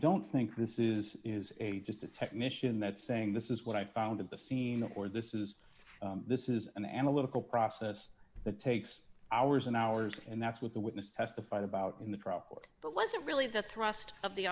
don't think this is is a just a technician that's saying this is what i found at the scene or this is this is an analytical process that takes hours and hours and that's what the witness testified about in the property but wasn't really the thrust of the